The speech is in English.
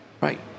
Right